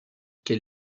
quel